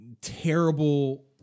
terrible